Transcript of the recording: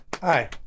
Hi